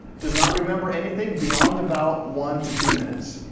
does not remember anything beyond about one to two minutes.